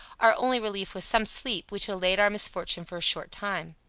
our only relief was some sleep, which allayed our misfortune for a short time.